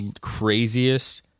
craziest